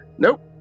Nope